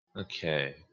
Okay